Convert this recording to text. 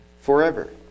forever